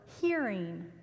hearing